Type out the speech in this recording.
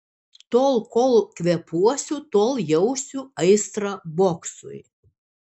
tol kol kvėpuosiu tol jausiu aistrą boksui